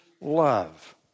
love